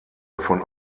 davon